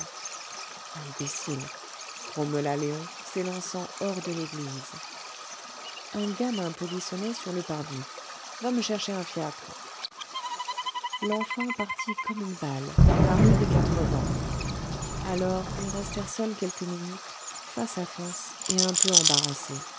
imbécile grommela léon s'élançant hors de l'église un gamin polissonnait sur le parvis va me chercher un fiacre l'enfant partit comme une balle par la rue des quatre vents alors ils restèrent seuls quelques minutes face à face et un peu embarrassés